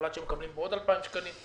שהוחלט שהם מקבלים עוד 2,000 שקלים.